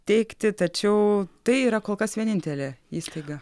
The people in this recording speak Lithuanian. teikti tačiau tai yra kol kas vienintelė įstaiga